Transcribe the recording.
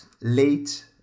late